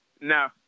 No